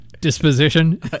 disposition